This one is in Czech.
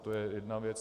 To je jedna věc.